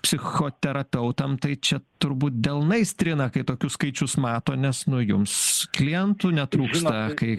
psichoterapeutam tai čia turbūt delnais trina kai tokius skaičius mato nes nu jums klientų netrūksta kai